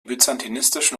byzantinischen